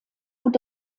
und